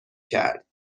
کرد